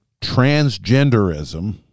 transgenderism